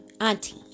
auntie